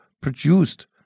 produced